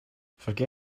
forget